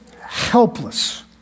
helpless